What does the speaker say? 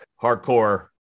hardcore